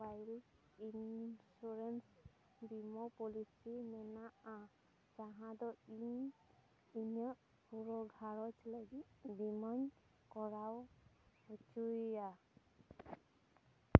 mobile insurance ᱵᱤᱢᱟ policy ᱢᱮᱱᱟᱜᱼᱟ ᱡᱟᱸᱦᱟ ᱫᱚ ᱤᱧ ᱤᱧᱟᱹᱜ ᱯᱩᱨᱟᱹ ᱜᱷᱟᱨᱚᱸᱡᱽ ᱞᱟᱹᱜᱤᱫ ᱵᱤᱢᱟᱹᱧ ᱠᱚᱨᱟᱣ ᱦᱚᱪᱚᱭᱟ